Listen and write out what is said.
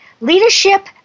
Leadership